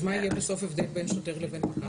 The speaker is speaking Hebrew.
אז מה יהיה בסוף ההבדל בין שוטר לבין פקח?